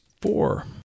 four